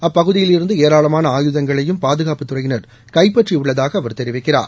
அப்பகுதியிலிருந்து ஏராளமான அயுதங்களையும் பாதுகாப்பு துறையினர் கைப்பற்றியுள்ளதாக அவர் தெரிவிக்கிறார்